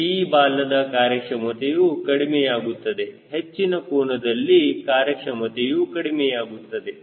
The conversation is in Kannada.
T ಬಾಲದ ಕಾರ್ಯಕ್ಷಮತೆಯು ಕಡಿಮೆಯಾಗುತ್ತದೆ ಹೆಚ್ಚಿನ ಕೋನದಲ್ಲಿ ಕಾರ್ಯಕ್ಷಮತೆಯು ಕಡಿಮೆಯಾಗುತ್ತದೆ